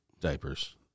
diapers